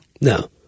No